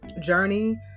journey